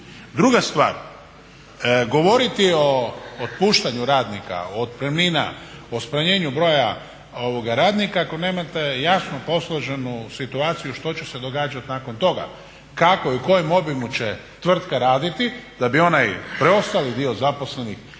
Druga stvar, govoriti o otpuštanju radnika, otpremnina, o smanjenju broja radnika, ako nemate jasno posloženu situaciju što će se događat nakon toga kako i u kojem obimu će tvrtka raditi da bi onaj preostali dio zaposlenih